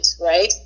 right